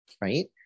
Right